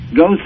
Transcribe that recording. go